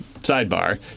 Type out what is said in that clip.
sidebar